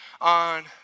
on